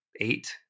eight